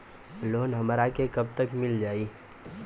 Loan हमरा के कब तक मिल जाई?